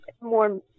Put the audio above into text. more